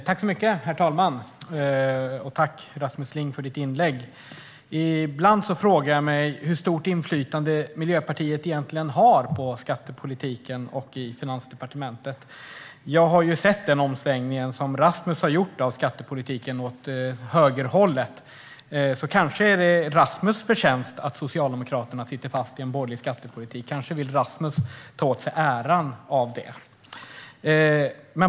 Herr talman! Tack, Rasmus Ling, för ditt inlägg! Ibland frågar jag mig hur stort inflytande Miljöpartiet egentligen har på skattepolitiken och i Finansdepartementet. Jag har ju sett den omsvängning som Rasmus har gjort i skattepolitiken åt högerhållet, så kanske är det Rasmus förtjänst att Socialdemokraterna sitter fast i en borgerlig skattepolitik. Kanske vill Rasmus ta åt sig äran av det.